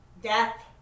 Death